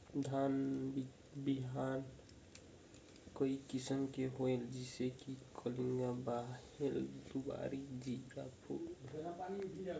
धान बिहान कई किसम के होयल जिसे कि कलिंगा, बाएल दुलारी, जीराफुल?